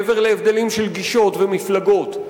מעבר להבדלים של גישות ומפלגות.